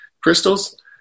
crystals